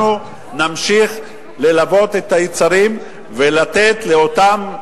אנחנו נמשיך ללבות את היצרים ולתת לאותם תושבים,